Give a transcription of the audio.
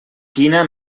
quina